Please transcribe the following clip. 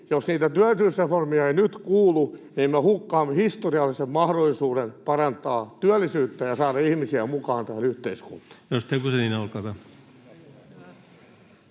jos niitä työllisyysreformeja ei nyt kuulu, niin me hukkaamme historiallisen mahdollisuuden parantaa työllisyyttä ja saada ihmisiä mukaan tähän yhteiskuntaan.